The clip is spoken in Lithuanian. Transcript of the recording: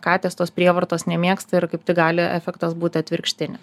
katės tos prievartos nemėgsta ir kaip tik gali efektas būtų atvirkštinis